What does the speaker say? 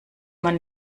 man